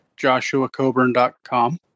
joshuacoburn.com